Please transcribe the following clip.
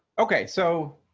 okay. so,